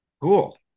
Cool